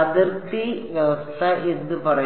അതിർത്തി വ്യവസ്ഥ എന്ത് പറയും